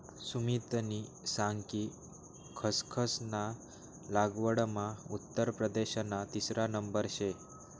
सुमितनी सांग कि खसखस ना लागवडमा उत्तर प्रदेशना तिसरा नंबर शे